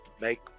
make